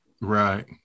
Right